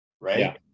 right